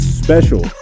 special